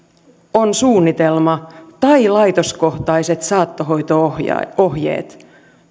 on suunnitelma tai laitoskohtaiset saattohoito ohjeet